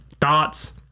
thoughts